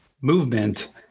movement